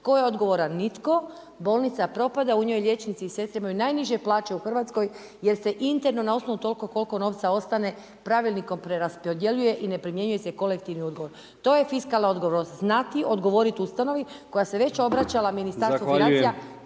Tko je odgovoran nitko, bolnica propada u njoj liječnici i sestre imaju najniže plaće u Hrvatskoj jer se interno na osnovu toliko koliko novca ostane pravilnikom preraspodjeljuje i ne primjenjuje se kolektivni ugovor. To je fiskalna odgovornost, znati odgovoriti ustanovi koja se već obraćala Ministarstvu financija